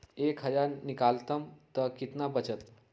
एक हज़ार निकालम त कितना वचत?